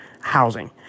housing